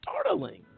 startling